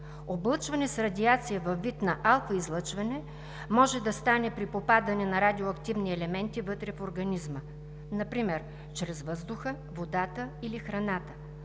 Облъчване с радиация във вид на алфа-излъчване може да стане при попадане на радиоактивни елементи вътре в организма. Например чрез въздуха, водата или храната,